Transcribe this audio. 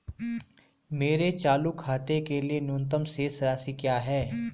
मेरे चालू खाते के लिए न्यूनतम शेष राशि क्या है?